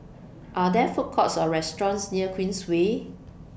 Are There Food Courts Or restaurants near Queensway